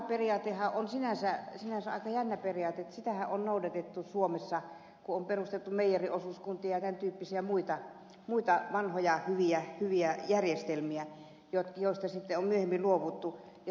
mankala periaatehan on sinänsä aika jännä periaate sillä sitähän on noudatettu suomessa kun on perustettu meijeriosuuskuntia ja tämän tyyppisiä muita vanhoja hyviä järjestelmiä joista sitten on myöhemmin luovuttu